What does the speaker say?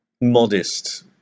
modest